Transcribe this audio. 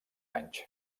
anys